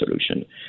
solution